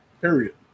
Period